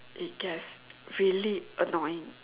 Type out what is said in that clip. it gets really annoying